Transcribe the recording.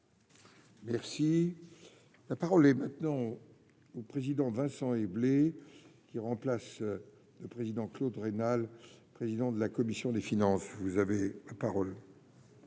Merci, la parole est maintenant aux présidents Vincent Eblé, qui remplace le président Claude Raynal, président de la commission des finances, vous avez la parole.